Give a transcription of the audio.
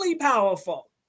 powerful